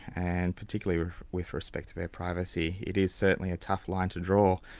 and particularly with with respect to their privacy, it is certainly a tough line to draw.